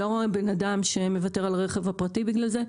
אני לא רואה אדם שמוותר על הרכב הפרטי בגלל זה.